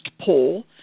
poll